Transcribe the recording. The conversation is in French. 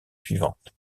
suivante